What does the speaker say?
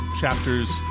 chapters